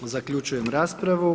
Zaključujem raspravu.